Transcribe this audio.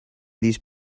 these